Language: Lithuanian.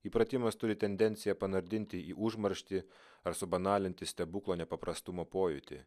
įpratimas turi tendenciją panardinti į užmarštį ar subanalinti stebuklo nepaprastumo pojūtį